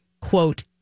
quote